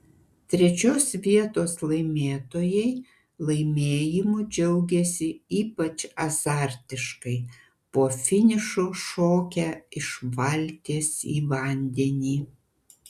trečios vietos laimėtojai laimėjimu džiaugėsi ypač azartiškai po finišo šokę iš valties į vandenį